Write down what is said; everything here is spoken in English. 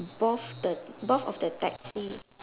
both the both of the taxi